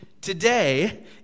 today